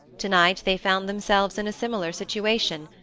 to-night they found themselves in a similar situation,